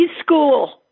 school